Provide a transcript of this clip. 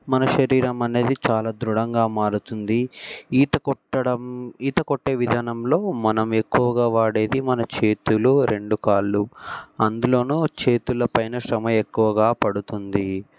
మన శరీరం అనేది చాలా ధృడంగా మారుతుంది ఈత కొట్టడం ఈత కొట్టే విధానంలో మనం ఎక్కువగా వాడేది మన చేతులు రెండు కాళ్ళు అందులోనూ చేతుల పైన శ్రమ ఎక్కువగా పడుతుంది